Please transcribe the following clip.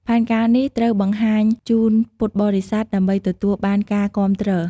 ផែនការនេះត្រូវបង្ហាញជូនពុទ្ធបរិស័ទដើម្បីទទួលបានការគាំទ្រ។